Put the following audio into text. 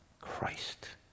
Christ